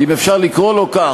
אם אפשר לקרוא לו כך,